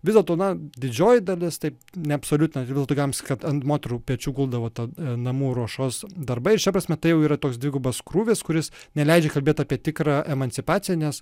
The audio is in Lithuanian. vis dėlto na didžioji dalis taip neabsoliutinant vis dėlto galima sakyt kad ant moterų pečių guldavo ta namų ruošos darbai šia prasme tai jau yra toks dvigubas krūvis kuris neleidžia kalbėt apie tikrą emancipaciją nes